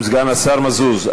סגן השר מזוז,